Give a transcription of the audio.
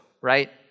right